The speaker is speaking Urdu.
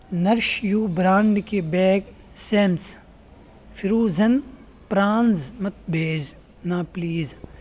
نرش یو برانڈ کے بیگ سیمس فروزن پرانز مت بھیجنا پلیز